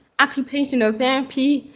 occupational therapy,